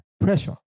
Pressure